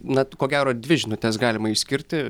na ko gero dvi žinutes galima išskirti